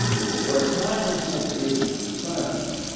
is that where consciousness is concerned,